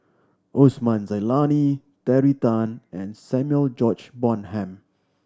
Osman Zailani Terry Tan and Samuel George Bonham